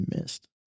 missed